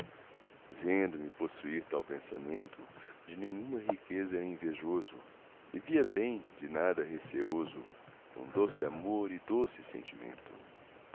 tormento vendo-me possuir tal pensamento de nenhüa riqueza era envejoso vivia bem de nada receoso com doce amor e doce sentimento